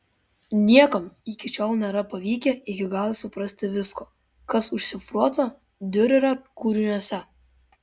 niekam iki šiol nėra pavykę iki galo suprasti visko kas užšifruota diurerio kūriniuose